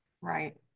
Right